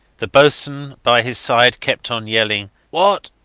the boatswain by his side kept on yelling. what?